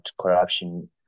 corruption